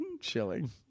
chilling